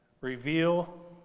Reveal